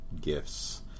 gifts